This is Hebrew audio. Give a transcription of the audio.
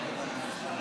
שרים,